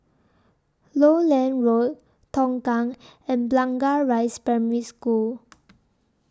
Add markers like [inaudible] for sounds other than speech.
Lowland Road Tongkang and Blangah Rise Primary School [noise]